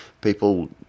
people